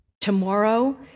tomorrow